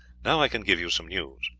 now i can give you some news.